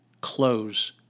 Close